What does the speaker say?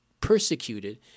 persecuted